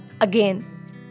again